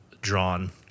drawn